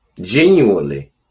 genuinely